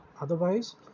otherwise